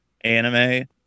anime